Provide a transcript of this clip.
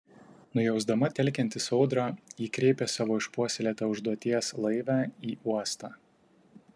nujausdama telkiantis audrą ji kreipė savo išpuoselėtą užduoties laivę į uostą